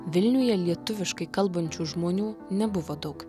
vilniuje lietuviškai kalbančių žmonių nebuvo daug